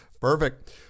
Perfect